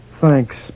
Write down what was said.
Thanks